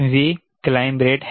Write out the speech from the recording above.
Vv climb rate है